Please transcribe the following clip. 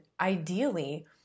ideally